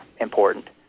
important